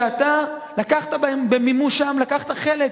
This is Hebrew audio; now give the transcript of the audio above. שאתה לקחת במימושם חלק,